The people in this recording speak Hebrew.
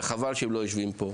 וחבל שהם לא יושבים פה.